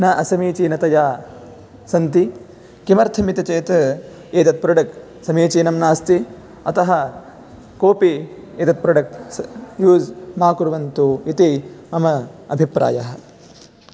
न असमीचीनतया सन्ति किमर्थमिति चेत् एतत् प्रोडेक्ट् समीचीनं नास्ति अतः कोपि एतत् प्रोडेक्ट् यूस् न कुर्वन्तु इति मम अभिप्रायः